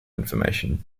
information